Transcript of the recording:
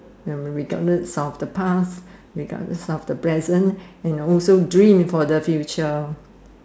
memory dull it solve the past regardless of the present and also dreaming for the future